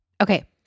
Okay